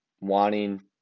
wanting